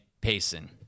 Payson